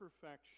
perfection